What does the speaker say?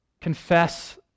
confess